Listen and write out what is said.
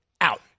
out